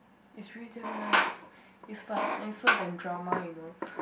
is really damn nice is like nicer than drama you know